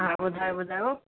हा ॿुधायो ॿुधायो